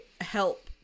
help